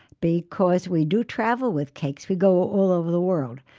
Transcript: because we do travel with cakes. we go all over the world,